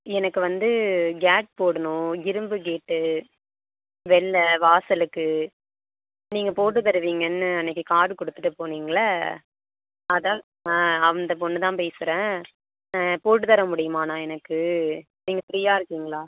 எனக்கு வந்து கேட் போடணும் இரும்பு கேட்டு வெளில வாசலுக்கு நீங்கள் போட்டு தருவீங்கன்னு அன்றைக்கு கார்டு கொடுத்துட்டு போனிங்கள்ல அதான் ஆ அந்த பொண்ணு தான் பேசுகிறேன் ஆ போட்டு தர முடியுமாண்ணா எனக்கு நீங்கள் ஃப்ரீயாக இருக்கிங்களா